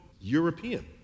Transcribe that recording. European